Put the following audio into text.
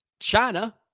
China